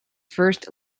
first